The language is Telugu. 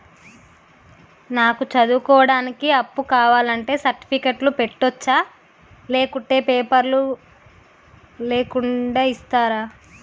నాకు చదువుకోవడానికి అప్పు కావాలంటే సర్టిఫికెట్లు పెట్టొచ్చా లేకుంటే పేపర్లు లేకుండా ఇస్తరా?